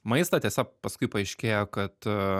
maistą tiesa paskui paaiškėjo kad